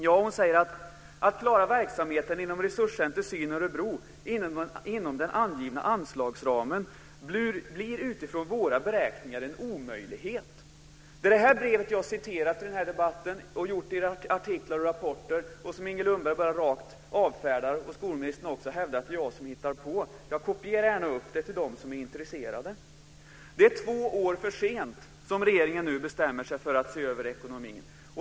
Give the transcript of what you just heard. Ja, hon säger: Att klara verksamheten inom Resurscenter syn Örebro inom den angivna anslagsramen blir utifrån våra beräkningar en omöjlighet. Det är det här brevet jag citerat i den här debatten och gjort det i artiklar och rapporter och som Inger Lundberg bara rakt av avfärdar och som skolministern hävdar att jag hittar på. Jag kopierar det gärna för att ge till dem som är intresserade. Det är två år för sent som regeringen nu bestämmer sig för att se över ekonomin.